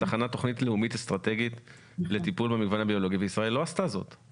שהיא לא יכולה להחליף את הצעת החוק הזו.